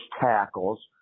tackles